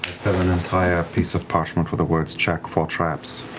fill an entire piece of parchment with the words check for traps.